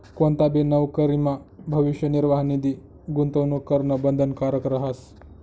कोणताबी नवकरीमा भविष्य निर्वाह निधी गूंतवणूक करणं बंधनकारक रहास